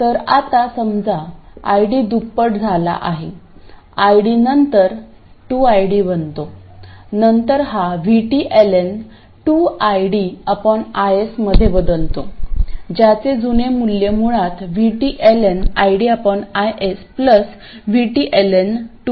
तर आता समजा ID दुप्पट झाला आहे ID नंतर 2ID बनतो नंतर हा Vt ln 2IdIs मध्ये बदलतो ज्याचे जुने मूल्य मुळात Vt ln IDIs Vt ln 2 आहे